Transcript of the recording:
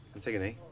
antigone?